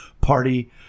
party